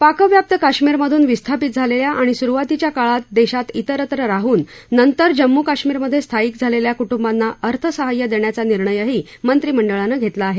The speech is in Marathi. पाकव्याप्त काश्मीरमधून विस्थापित झालेल्या आणि सुरूवातीच्या काळात देशात तिरत्र राहून नंतर जम्मू कश्मीरमधे स्थायिक झालेल्या कुटुंबांना अर्थसाहाय्य देण्याचा निर्णयही मंत्रिमंडळानं घेतला आहे